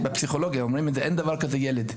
בפסיכולוגיה אומרים את זה, אין דבר כזה ילד.